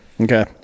Okay